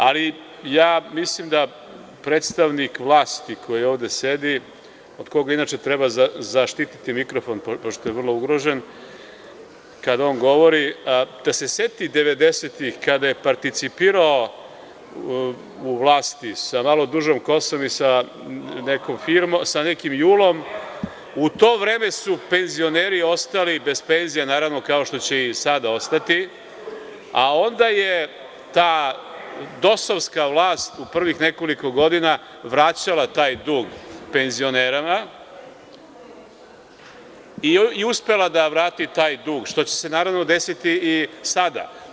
Mislim da predstavnik vlasti koji ovde sedi, od koga inače treba zaštiti mikrofon pošto je vrlo ugrožen kada on govori, treba da se seti 90-tih godina, kada je participirao u vlasti sa malo dužom kosom i sa nekim JUL-om, u to vreme su penzioneri ostali bez penzija, naravno, kao što će i sada ostati, a onda je ta dosovska vlast u prvih nekoliko godina vraćala taj dug penzionerima i uspela da vrati taj dug, što će se naravno desiti i sada.